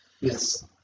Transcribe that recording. Yes